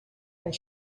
and